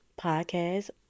podcast